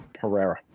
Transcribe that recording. Pereira